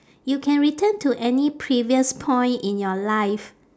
you can return to any previous point in your life